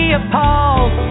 appalled